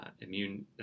immune